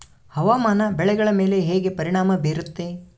ಹವಾಮಾನ ಬೆಳೆಗಳ ಮೇಲೆ ಹೇಗೆ ಪರಿಣಾಮ ಬೇರುತ್ತೆ?